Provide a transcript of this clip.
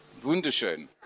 Wunderschön